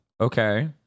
okay